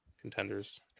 contenders